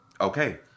okay